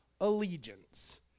allegiance